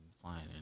flying